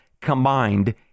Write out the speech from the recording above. Combined